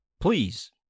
please